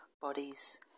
bodies